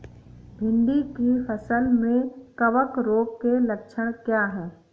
भिंडी की फसल में कवक रोग के लक्षण क्या है?